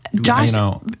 Josh